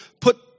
put